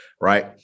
Right